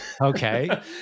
Okay